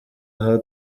aha